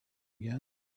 again